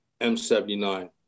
M79